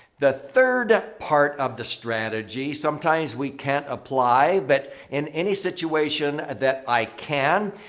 the third part of the strategy sometimes we can't apply but in any situation that i can,